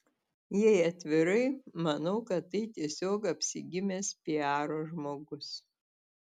jei atvirai manau kad tai tiesiog apsigimęs piaro žmogus